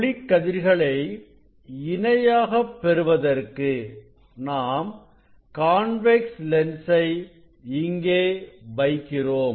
ஒளிக்கதிர்களை இணையாக பெறுவதற்கு நாம் கான்வெக்ஸ் லென்ஸை இங்கே வைக்கிறோம்